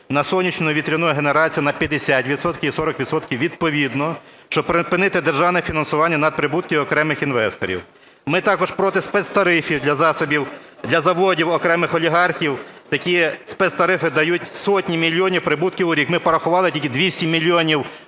на сонячну і вітряну генерацію на 50 відсотків і 40 відсотків відповідно, щоб припинити державне фінансування надприбутків окремих інвесторів. Ми також проти спецтарифів для заводів окремих олігархів. Такі спецтарифи дають сотні мільйонів прибутків у рік. Ми порахували: тільки 200 мільйонів